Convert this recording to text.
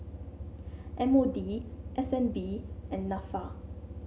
M O D S N B and NAFA